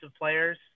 players